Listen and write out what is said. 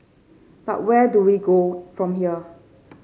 but where do we go from here